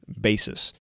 basis